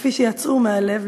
וכפי שיצאו מהלב,